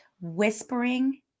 whispering